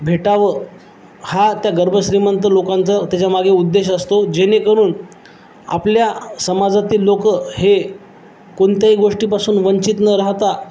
भेटावं हा त्या गर्भश्रीमंत लोकांचा त्याच्यामागे उद्देश असतो जेणेकरून आपल्या समाजातील लोकं हे कोणत्याही गोष्टीपासून वंचित न राहता